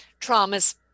traumas